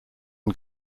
non